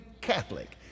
Catholic